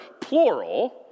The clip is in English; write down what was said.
plural